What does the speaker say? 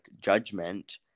judgment